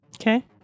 Okay